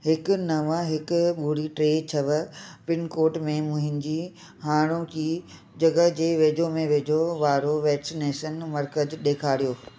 हिकु नव हिकु ॿुड़ी टे छह पिनकोड में मुंहिंजी हाणोकी जॻहि जे वेझो में वेझो वारो वैक्सनेशन मर्कज़ु ॾेखारियो